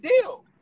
deal